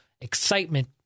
excitement